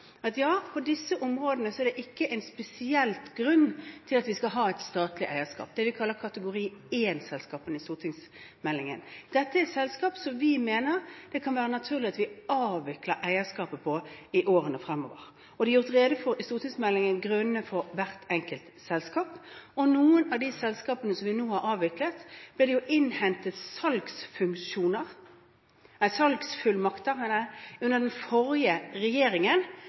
at på disse områdene er det ikke en spesiell grunn til at vi skal ha et statlig eierskap, det vi kaller kategori 1-selskapene i stortingsmeldingen. Dette er selskaper som vi mener det kan være naturlig at vi avvikler eierskapet i i årene fremover. Det er gjort rede for i stortingsmeldingen grunnene for hvert enkelt selskap. For noen av de selskapene som vi nå har avviklet, ble det innhentet salgsfullmakter under den forrige regjeringen. Jeg